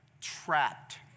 trapped